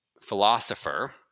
philosopher